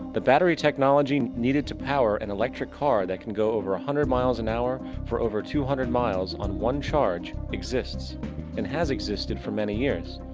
the battery technology needed to power an electric car that can go over a hundred miles an hour for over two hundred miles on one charge, exists and has existed for many years.